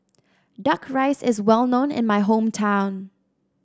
duck rice is well known in my hometown